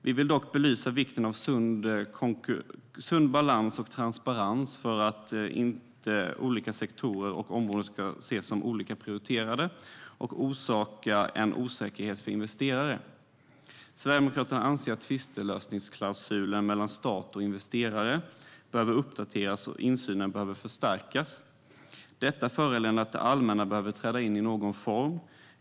Vi vill belysa vikten av en sund balans och transparens för att inte olika sektorer eller områden ska ses som olika prioriterade och orsaka osäkerhet för investerare. Sverigedemokraterna anser att klausulen för tvistlösning mellan stat och investerare behöver uppdateras och insynen förstärkas. Detta föranleder att det allmänna behöver träda in i någon form.